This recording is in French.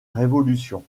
révolution